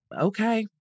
Okay